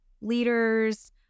leaders